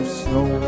snow